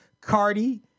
Cardi